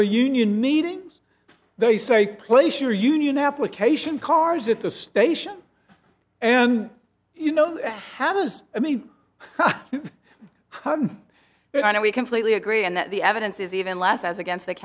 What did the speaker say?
for union meetings they say place your union application cars at the station and you know how those i mean i know we completely agree and that the evidence is even less as against the